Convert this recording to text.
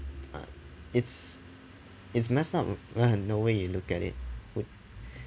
ah it's it's messed up ah no way you look at it would